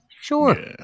Sure